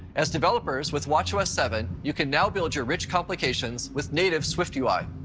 as developers, with watchos seven you can now build your rich complications with native swiftui.